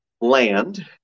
land